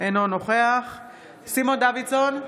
אינו נוכח סימון דוידסון,